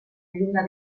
lluna